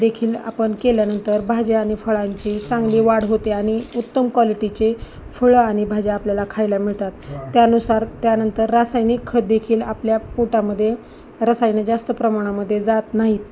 देखील आपण केल्यानंतर भाज्या आणि फळांची चांगली वाढ होते आणि उत्तम क्वालिटीचे फळं आणि भाज्या आपल्याला खायला मिळतात त्यानुसार त्यानंतर रासायनिक खतदेखील आपल्या पोटामध्ये रसायनं जास्त प्रमाणामध्ये जात नाहीत